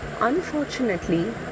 unfortunately